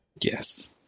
yes